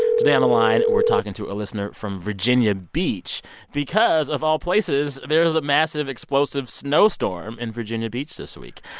today on the line, we're talking to a listener from virginia beach because, of all places, there's a massive, explosive snowstorm in virginia beach this week.